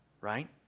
right